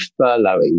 furloughing